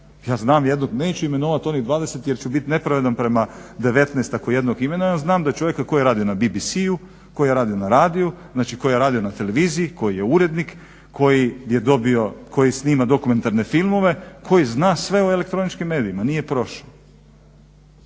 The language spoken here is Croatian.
Ja znam jednog, neću imenovat onih 20 jer ću bit nepravedan prema 19 ako jednog imenujem. Znam čovjeka koji radi na BBC-u, koji je radio na radiju, znači koji je radio na televiziji, koji je urednik, koji snima dokumentarne filmove, koji zna sve o elektroničkim medijima. Nije prošao.